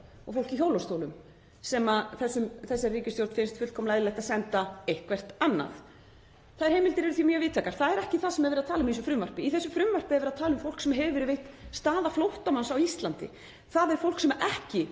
og fólk í hjólastól sem þessari ríkisstjórn finnst fullkomlega eðlilegt að senda eitthvert annað. Þær heimildir eru því mjög víðtækar, en það er ekki það sem er verið að tala um í þessu frumvarpi. Í frumvarpinu er verið að tala um fólk sem hefur verið veitt staða flóttamanns á Íslandi. Það er fólk sem ekki